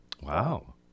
Wow